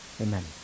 Amen